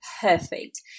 Perfect